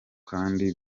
kandi